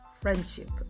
friendship